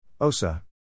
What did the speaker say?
Osa